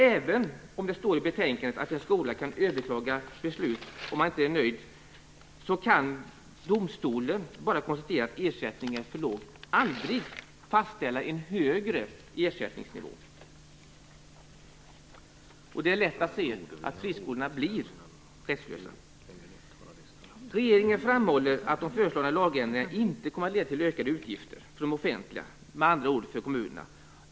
Även om det står i betänkandet att en skola kan överklaga beslut om man inte är nöjd kan domstolen bara konstatera att ersättningen är för låg, aldrig fastställa en högre ersättningsnivå. Det är lätt att se att friskolorna blir rättslösa. Regeringen framhåller att de föreslagna lagändringarna inte kommer att leda till ökade utgifter för det offentliga, med andra ord för kommunerna.